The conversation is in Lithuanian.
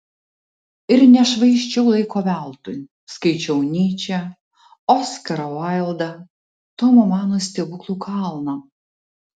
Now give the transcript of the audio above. ir nešvaisčiau laiko veltui skaičiau nyčę oskarą vaildą tomo mano stebuklų kalną